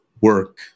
work